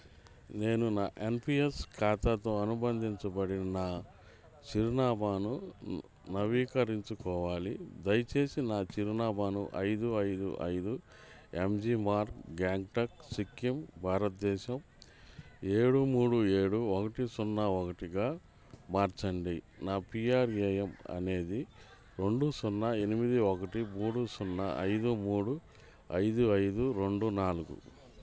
నేను నా ఎన్పిఎస్ ఖాతాతో అనుబంధించబడి ఉన్న చిరునామాను నవీకరించుకోవాలి దయచేసి నా చిరునామాను ఐదు ఐదు ఐదు ఎంజీ మార్గ్ గాంగ్టక్ సిక్కిం భారత్దేశం ఏడు మూడు ఏడు ఒకటి సున్నా ఒకటిగా మార్చండి నా పీఆర్ఏఎన్ అనేది రెండు సున్నా ఎనిమిది ఒకటి మూడు సున్నా ఐదు మూడు ఐదు ఐదు రెండు నాలుగు